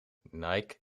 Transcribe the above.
nike